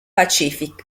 pacific